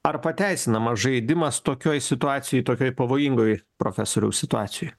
ar pateisinamas žaidimas tokioj situacijoj tokioj pavojingoj profesoriaus situacijoj